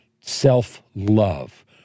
self-love